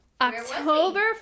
October